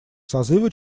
созыва